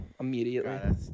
immediately